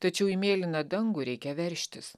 tačiau į mėlyną dangų reikia veržtis